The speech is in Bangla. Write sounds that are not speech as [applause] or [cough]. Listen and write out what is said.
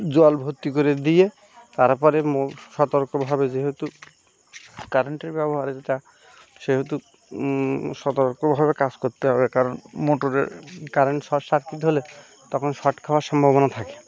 জল ভর্তি করে দিয়ে তারপরে [unintelligible] সতর্কভাবে যেহেতু কারেন্টের ব্যবহার এটা সেহেতু সতর্কভাবে কাজ করতে হবে কারণ মোটরে কারেন্ট শর্ট সার্কিট হলে তখন শর্ট খাওয়ার সম্ভাবনা থাকে